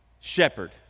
shepherd